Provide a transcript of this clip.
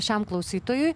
šiam klausytojui